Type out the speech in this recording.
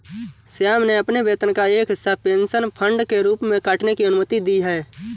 श्याम ने अपने वेतन का एक हिस्सा पेंशन फंड के रूप में काटने की अनुमति दी है